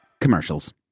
commercials